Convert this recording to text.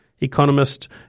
Economist